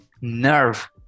nerve